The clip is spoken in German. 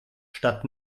statt